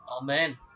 Amen